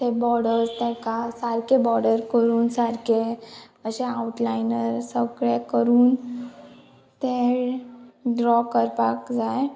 ते बॉर्डस तेका सारके बॉडर करून सारके अशे आवटलायनर सगळे करून ते ड्रॉ करपाक जाय